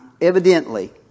evidently